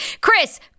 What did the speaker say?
Chris